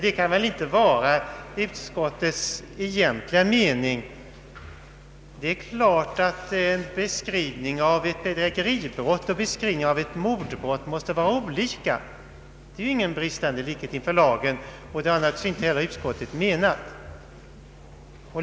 Det kan väl inte vara utskottets egentliga mening. Det är klart att beskrivningen av ett bedrägeribrott och beskrivningen av ett mordbrott måste vara olika. Det är ingen bristande likhet inför lagen, och det har utskottet naturligtvis inte heller menat.